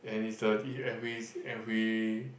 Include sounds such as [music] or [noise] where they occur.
and it's a [noise] and we and we